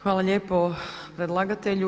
Hvala lijepo predlagatelju.